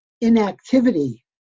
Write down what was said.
inactivity